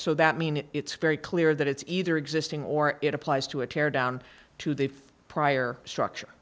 so that mean it's very clear that it's either existing or it applies to a tear down to the prior structure